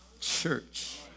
church